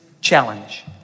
challenge